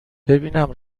ببینم